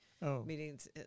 meetings